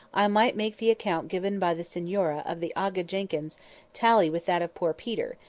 i might make the account given by the signora of the aga jenkyns tally with that of poor peter,